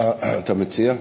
מה אתה מציע?